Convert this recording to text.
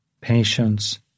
patience